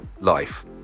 life